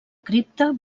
cripta